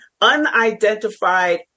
unidentified